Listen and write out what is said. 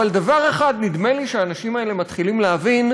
אבל דבר אחד נדמה לי שהאנשים האלה מתחילים להבין,